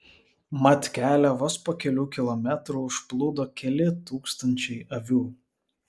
mat kelią vos po kelių kilometrų užplūdo keli tūkstančiai avių